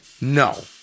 No